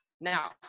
Now